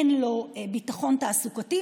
אין לו ביטחון תעסוקתי,